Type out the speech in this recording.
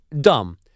dumb